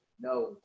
No